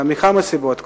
מכמה סיבות.